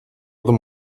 them